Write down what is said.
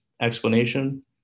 explanation